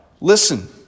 Listen